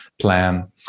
plan